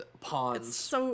Pawns